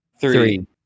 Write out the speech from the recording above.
Three